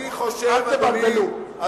אל תבלבלו.